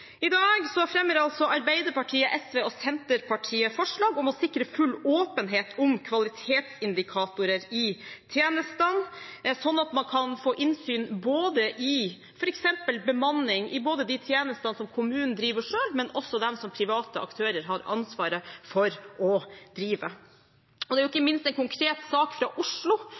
I dag fremmer Arbeiderpartiet, SV og Senterpartiet forslag om å sikre full åpenhet om kvalitetsindikatorer i tjenestene, sånn at man f.eks. kan få innsyn i bemanning i tjenestene kommunen driver selv, og også i tjenestene private aktører har ansvaret for å drive. Det er